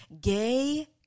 Gay